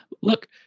Look